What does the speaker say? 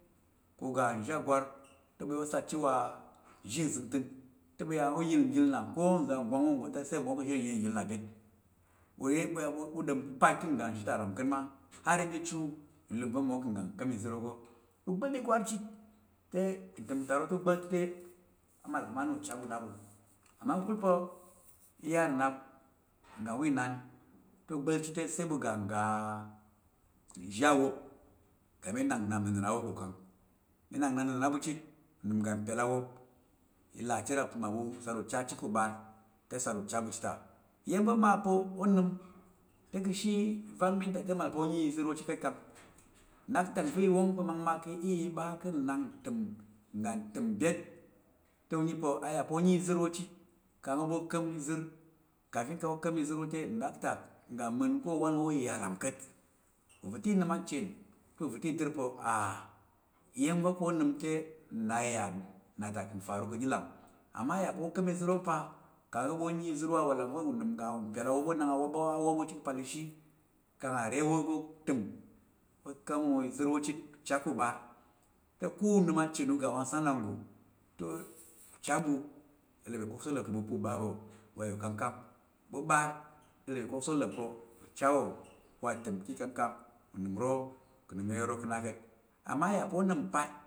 U gu nzhi agwarte u ga ʉ sat chit wa nzhi nzətəng teɓu ya ʉ yel- nyilna ka nza nggwang wo nggote ngilingil na byet. U ya ɓu ɗom pa̱ ʉ pat ka̱ nzhiva̱ ta lap rat maꞌ har, ɓa i chi i lum va̱ mmawo ka̱m izar wa ka̱’. U gbal igwar chit te ntam itanokte ugbal chit te, a’ mal pa̱ mma na uchar ɓu na ɓu. amma’ ka̱kulpa̱ i ya’ naap ngga nwa inan, te ugball chit te ɓu ga ngu inzhi awop ga mi nak nnap nnana̱n a’ wo ka’ kang mi naknnap u sat uchar chit ka’ uɓar te sat u char ɓu chit ta̱. Iyanwo chit ka̱t kang, ndaktak va̱ i wong pa makmak ka̱ i iya i ɓa ka’ nnak ntam ngga ntam mbyet, te nyu pa̱ aya pa̱ a nyi izar wo chit ƙang o ɓa o ka̱m izar kafin kang oɓa o ra̱m izar wo te nɗaktak ngga mman ka̱ owan wo i ya lap ka̱t. Uvata i nam achen te uvata̱ i dar pa̱ a’ iyam va̱ ko o nam te kang a ɓa o nyi izar wo, awalang va̱ unam uhha mpyal awop nak awo a’ wo chit ka̱ pal ishi kan a re wo ko tam, o ka̱m ɗonga te uchar ɓu lop iwosok lep ka̱ na ka̱t. Amma a ya’ pa̱ o nam mpat.